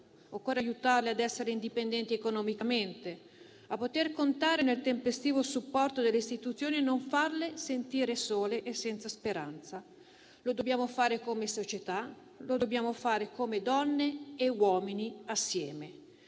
occorre aiutarle ad essere indipendenti economicamente, a poter contare nel tempestivo supporto delle istituzioni e non farle sentire sole e senza speranza. Lo dobbiamo fare come società, lo dobbiamo fare come donne e uomini assieme